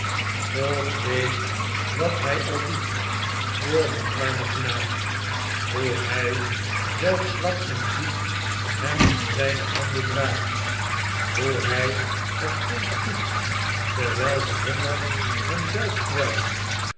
god weet wat hy al doet voor den armen knaap hoe hy zelf zwak en ziek hem in zyne armen draagt hoe hy het kind voedt terwpl de honger hem zelf kwelt